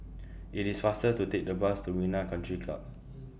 IT IS faster to Take The Bus to Marina Country Club